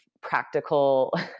practical